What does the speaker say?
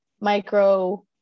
micro